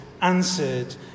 answered